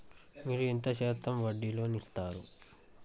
మీరు ఎంత శాతం వడ్డీ లోన్ ఇత్తరు?